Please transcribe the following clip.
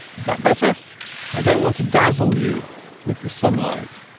is that better i don't want to dazzle you with the sunlight